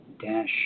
dash